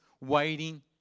waiting